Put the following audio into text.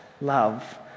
love